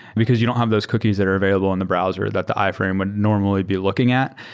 because you don't have those cookies that are available in the browser that the i-frame would normally be looking at.